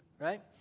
right